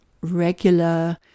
regular